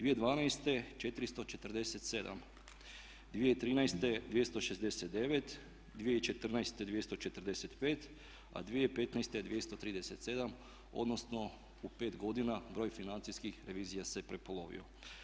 2012. 447, 2013. 269, 2014. 245 a 2015. 237 odnosno u 5 godina broj financijskih revizija se prepolovio.